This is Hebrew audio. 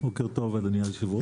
בוקר טוב, אדוני היושב-ראש,